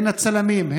הן הצלמים,